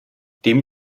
dem